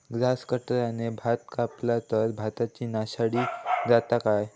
Grass कटराने भात कपला तर भाताची नाशादी जाता काय?